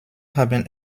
haben